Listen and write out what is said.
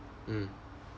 mm